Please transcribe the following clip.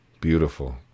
Beautiful